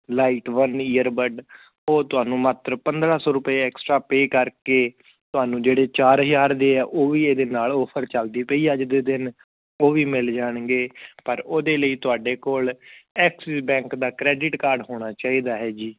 light one earbud ਉਹ ਤੁਹਾਨੂੰ ਮਾਤਰ ਪੰਦਰਾਂ ਸੌ ਐਕਸਟਰਾ ਪੇਅ ਕਰਕੇ ਤੁਹਾਨੂੰ ਜਿਹੜੇ ਚਾਰ ਹਜ਼ਾਰ ਦੇ ਆ ਉਹ ਵੀ ਇਹਦੇ ਨਾਲ ਆਫਰ ਚੱਲਦੀ ਪਈ ਅੱਜ ਦੇ ਦਿਨ ਉਹ ਵੀ ਮਿਲ ਜਾਣਗੇ ਪਰ ਉਹਦੇ ਲਈ ਤੁਹਾਡੇ ਕੋਲ ਐਕਸਿਸ ਬੈਂਕ ਦਾ ਕਰੈਡਿਟ ਕਾਰਡ ਹੋਣਾ ਚਾਹੀਦਾ ਹੈ ਜੀ